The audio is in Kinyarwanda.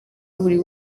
buri